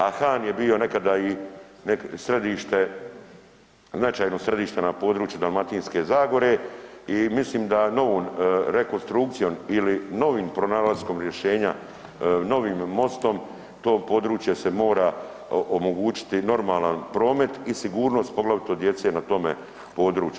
A Han je bio nekada značajno središte na području Dalmatinske zagore i mislim da novom rekonstrukcijom ili novim pronalaskom rješenja, novim mostom tom području se mora omogućiti normalan promet i sigurnost, poglavito djece na tome području.